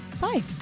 bye